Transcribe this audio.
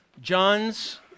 John's